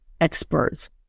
experts